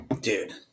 Dude